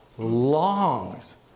longs